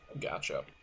Gotcha